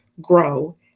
grow